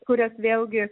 kurias vėlgi